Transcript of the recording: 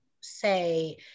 say